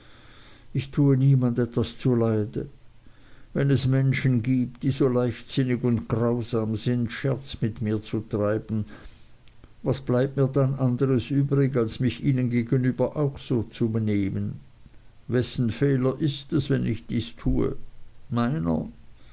ich tue niemand etwas zuleide wenn es men schen gibt die so leichtsinnig und grausam sind scherz mit mir zu treiben was bleibt mir dann anderes übrig als mich ihnen gegenüber auch so zu benehmen wessen fehler ist es wenn ich dies tue meiner